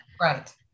Right